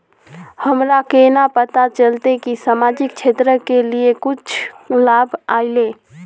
हमरा केना पता चलते की सामाजिक क्षेत्र के लिए कुछ लाभ आयले?